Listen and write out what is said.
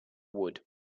wood